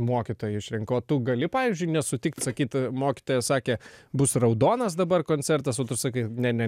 mokytojai išrenko o tu gali pavyzdžiui nesutikt sakyt mokytojas sakė bus raudonas dabar koncertas o tu sakai ne ne